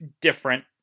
different